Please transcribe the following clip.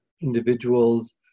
individuals